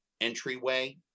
entryway